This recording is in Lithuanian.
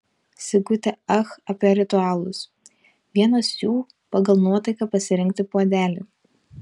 sigutė ach apie ritualus vienas jų pagal nuotaiką pasirinkti puodelį